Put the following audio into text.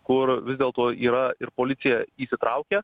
kur vis dėlto yra ir policija įsitraukia